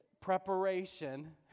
preparation